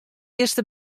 earste